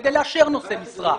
כדי לאשר נושא משרה.